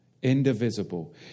indivisible